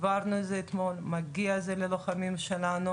דיברנו על זה אתמול, זה מגיע ללוחמים שלנו